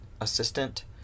assistant